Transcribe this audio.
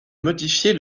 modifier